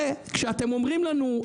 כשאתם אומרים לנו,